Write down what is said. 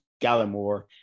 Gallimore